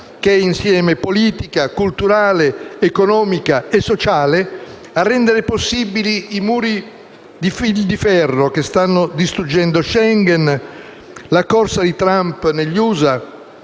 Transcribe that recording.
che è insieme politica, culturale, economica e sociale, a rendere possibili i muri di fil di ferro che stanno distruggendo Schengen, la corsa ai Trump negli Usa,